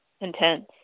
intense